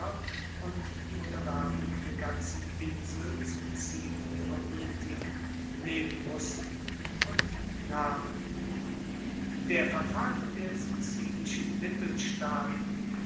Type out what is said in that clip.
und die unterwerfung der ganzen insel zum ziel ihrer politik nehmen mussten und nahmen der verfall der sizilischen mittelstaaten